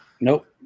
Nope